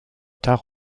tard